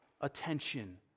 attention